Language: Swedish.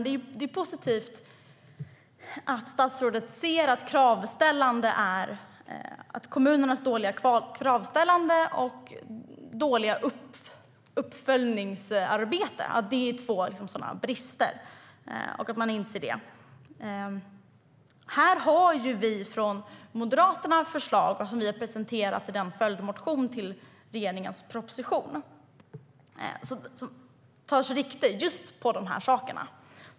Det är positivt att statsrådet ser och inser att kommunernas dåliga kravställande och dåliga uppföljningsarbete är två brister. Vi moderater har förslag på det området och har presenterat dem i en följdmotion till regeringens proposition. Vi tar sikte på just de sakerna.